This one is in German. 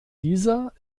dieser